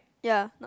ya not